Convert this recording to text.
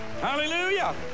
Hallelujah